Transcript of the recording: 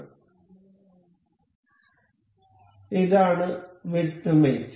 അതിനാൽ ഇതാണ് width mate